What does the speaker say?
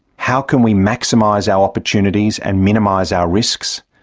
how can we maximise our opportunities and minimise our risks?